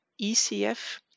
ECF